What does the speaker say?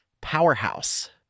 powerhouse